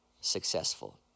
successful